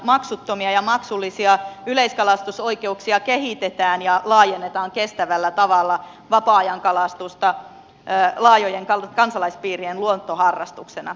maksuttomia ja maksullisia yleiskalastusoikeuksia kehitetään ja laajennetaan kestävällä tavalla vapaa ajan kalastusta laajojen kansalaispiirien luontoharrastuksena